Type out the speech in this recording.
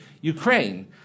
Ukraine